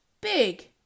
big